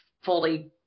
fully